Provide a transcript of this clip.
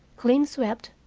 clean swept,